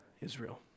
Israel